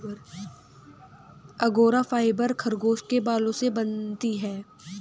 angora fibre खरगोश के बालों से बनती है